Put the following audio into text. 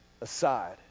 aside